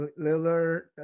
Lillard